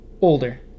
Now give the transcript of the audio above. Older